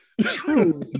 true